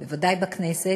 בוודאי בכנסת,